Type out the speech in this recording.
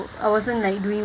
I wasn't like doing